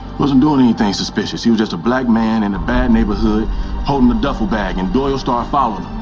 wasn't doing anything suspicious. he was just a black man in a bad neighborhood holding a duffel bag, and doyle started following